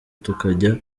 tukajya